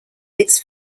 its